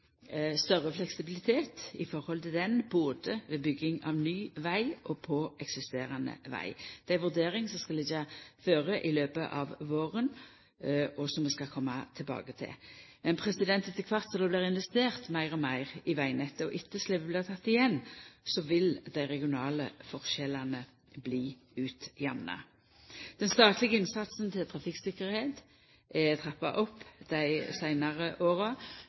større fleksibilitet i forhold til ho, både ved bygging av ny veg og på eksisterande veg. Det er ei vurdering som skal liggja føre i løpet av våren, og som vi skal koma tilbake til. Men etter kvart som det blir investert meir og meir i vegnettet, og etterslepet blir teke igjen, vil dei regionale forskjellane bli utjamna. Den statlege innsatsen for trafikktryggleik er trappa opp dei seinare åra.